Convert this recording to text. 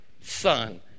son